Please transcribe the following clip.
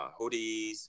hoodies